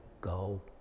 go